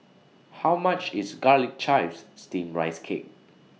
How much IS Garlic Chives Steamed Rice Cake